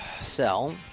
Sell